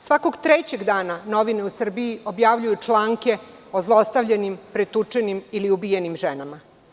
Svakog trećeg dana novine u Srbiji objavljuju članke o zlostavljenim, pretučenim ili ubijenim ženama.